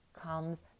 comes